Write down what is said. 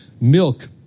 milk